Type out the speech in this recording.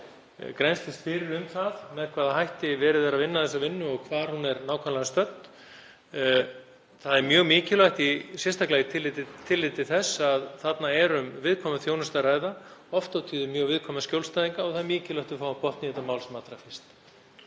grennslist fyrir um það með hvaða hætti verið er að vinna þessa vinnu og hvar hún er nákvæmlega stödd. Það er mjög mikilvægt, sérstaklega með tilliti til þess að þarna er um viðkvæma þjónustu að ræða, oft og tíðum mjög viðkvæma skjólstæðinga og það er mikilvægt að við fáum botn í þetta mál sem allra fyrst.